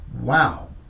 Wow